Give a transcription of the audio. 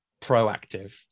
proactive